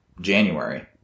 January